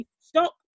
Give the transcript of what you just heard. stop